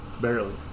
Barely